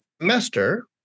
semester